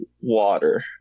water